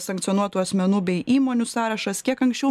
sankcionuotų asmenų bei įmonių sąrašas kiek anksčiau